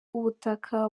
ubutaka